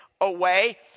away